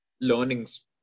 learnings